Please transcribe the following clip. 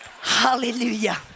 Hallelujah